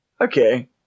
Okay